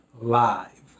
live